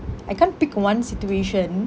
I can't pick one situation